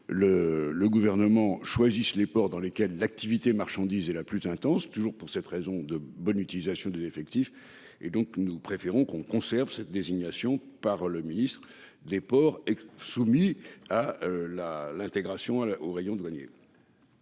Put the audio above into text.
le gouvernement choisissent les ports dans lesquels l'activité marchandises et la plus intense toujours pour cette raison de bonne utilisation des effectifs et donc, nous préférons qu'on conserve cette désignation par le ministre des Ports et soumis à la l'intégration à la, au rayon douaniers.